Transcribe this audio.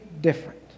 different